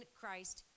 christ